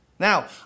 Now